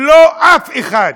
אף אחד.